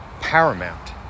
paramount